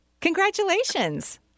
Congratulations